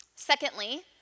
Secondly